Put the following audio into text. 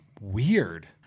weird